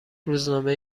روزنامه